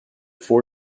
four